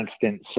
constant